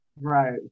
right